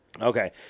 Okay